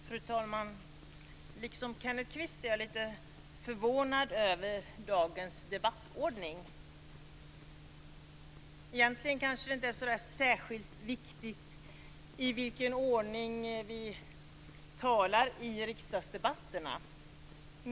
Fru talman! Liksom Kenneth Kvist är jag lite förvånad över dagens debattordning. Egentligen kanske det inte är så särskilt viktigt i vilken ordning vi talar i riksdagsdebatterna.